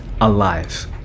alive